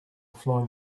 flying